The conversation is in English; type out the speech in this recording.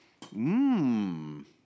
Mmm